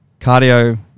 cardio